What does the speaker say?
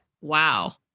wow